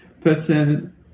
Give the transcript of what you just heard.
person